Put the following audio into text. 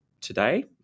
today